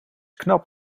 knap